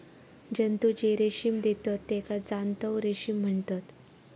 जंतु जे रेशीम देतत तेका जांतव रेशीम म्हणतत